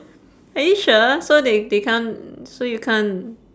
are you sure so they they can't so you can't